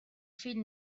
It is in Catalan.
fill